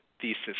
thesis